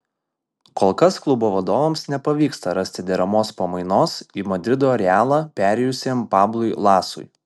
kol kas klubo vadovams nepavyksta rasti deramos pamainos į madrido realą perėjusiam pablui lasui